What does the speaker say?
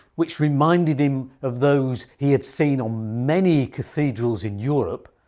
which reminded him of those he had seen ah many cathedrals in europe,